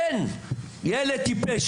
אין ילד טיפש,